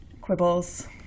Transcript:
quibbles